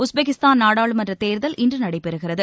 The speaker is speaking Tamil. உஸ்பெக்கிஸ்தான் நாடாளுமன்றத் தேர்தல் இன்று நடைபெறுகிறது